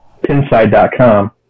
Pinside.com